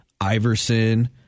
Iverson